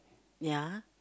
ya